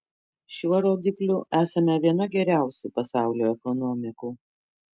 šiuo rodikliu esame viena geriausių pasaulio ekonomikų